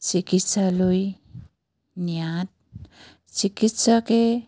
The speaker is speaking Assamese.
চিকিৎসালয় নিয়াত চিকিৎসকে